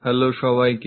hello সবাইকে